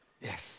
Yes